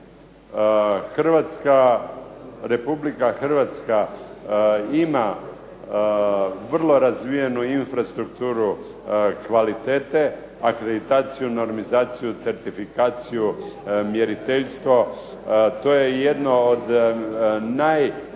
istina. Republika Hrvatska ima vrlo razvijenu infrastrukturu kvalitete, akreditaciju, normizaciju, certifikaciju, mjeriteljstvo. To je jedno od najjačih